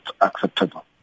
acceptable